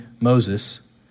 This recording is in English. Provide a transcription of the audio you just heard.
Moses